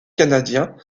canadien